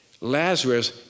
Lazarus